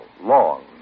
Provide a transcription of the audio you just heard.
long